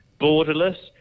Borderless